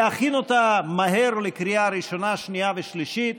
להכין אותה מהר לקריאה ראשונה, שנייה ושלישית,